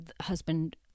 Husband